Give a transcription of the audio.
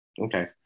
okay